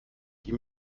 die